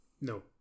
No